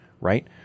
Right